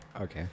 okay